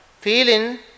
feeling